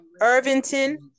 Irvington